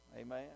Amen